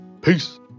Peace